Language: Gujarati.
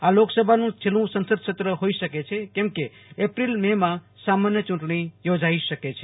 આ લોકસભાનું છેલ્લું સંસદ સત્ર હોઇ શકે છે કેમકે એપ્રિલ મે માં સમાન્ય ચૂંટણી યોજાઇ શકે છે